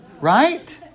Right